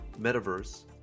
Metaverse